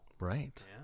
Right